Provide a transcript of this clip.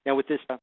and with this